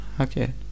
okay